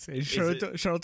Charlotte